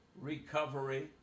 recovery